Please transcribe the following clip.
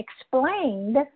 explained